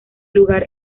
lugar